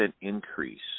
increase